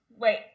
wait